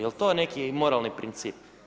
Jel' to neki moralni princip?